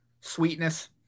Sweetness